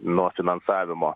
nuo finansavimo